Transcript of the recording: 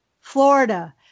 Florida